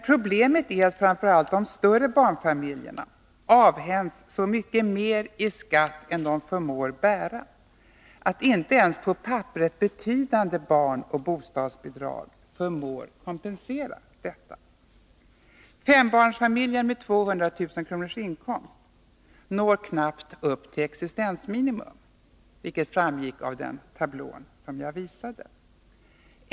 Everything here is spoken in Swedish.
Problemet är att framför allt de större barnfamiljerna avhänds så mycket mer i skatt än de förmår bära att inte ens på papperet betydande barneller bostadsbidrag förmår kompensera detta. Fembarnsfamiljen med 200000 kr. i inkomst når knappt upp till existensminimum, vilket framgick av den tablå jag visade.